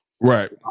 Right